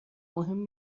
مهم